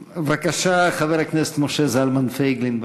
בבקשה, חבר הכנסת משה זלמן פייגלין.